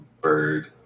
bird